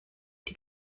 die